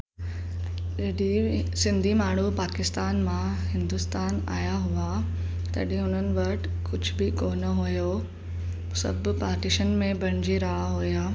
जॾहिं सिंधी माण्हू पाकिस्तान मां हिंदुस्तान आहियां हुआ तॾहिं हुननि वटि कुझु बि कोन हुओ सभु पार्टिशन में बणजी रहिया हुआ